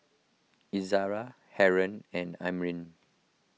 Izzara Haron and Amrin